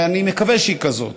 ואני מקווה שהיא כזאת.